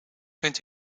vindt